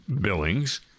Billings